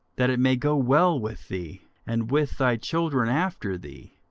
that it may go well with thee, and with thy children after thee,